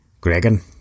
Gregan